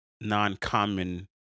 non-common